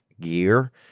gear